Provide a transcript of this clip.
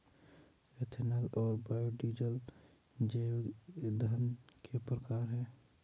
ethanol और biodiesel जैविक ईंधन के प्रकार है